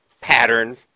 pattern